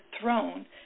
throne